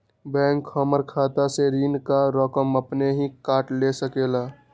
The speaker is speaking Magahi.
बैंक हमार खाता से ऋण का रकम अपन हीं काट ले सकेला?